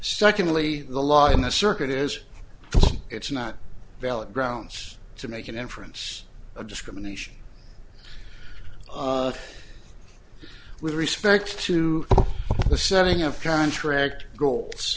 secondly the law in the circuit is it's not valid grounds to make an inference of discrimination with respect to the setting of contract